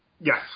Yes